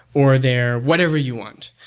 or they're whatever you want.